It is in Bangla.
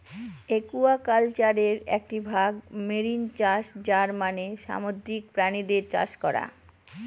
একুয়াকালচারের একটি ভাগ মেরিন চাষ যার মানে সামুদ্রিক প্রাণীদের চাষ করা